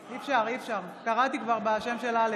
אי-אפשר, אי-אפשר, כבר קראתי בשם של אלכס.